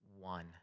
One